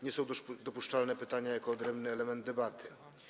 Nie są też dopuszczalne pytania jako odrębny element debaty.